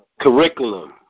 curriculum